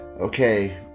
Okay